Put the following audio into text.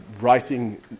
writing